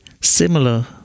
similar